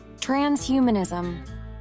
transhumanism